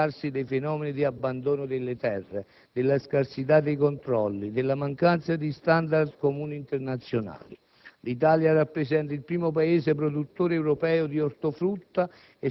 la situazione risulta compromessa a causa dell'incremento di fenomeni di abbandono delle terre, della scarsità dei controlli, della mancanza di *standard* comuni internazionali.